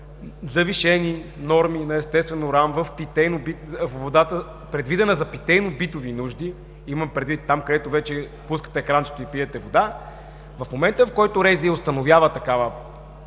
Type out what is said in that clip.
завишени норми на естествен уран във водата, предвидена за питейно-битови нужди – има предвид там където пускате кранчето и пиете вода, в момента, в който РЗИ установява такова